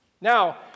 Now